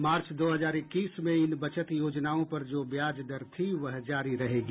मार्च दो हजार इक्कीस में इन बचत योजनाओं पर जो ब्याज दर थी वह जारी रहेगी